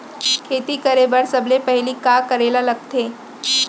खेती करे बर सबले पहिली का करे ला लगथे?